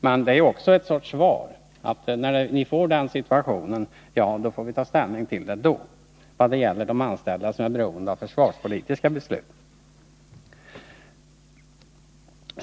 Men det är också ett sorts svar. Vi får ta ställning till frågan om de anställda som är beroende av de försvarspolitiska besluten när den situationen uppkommer.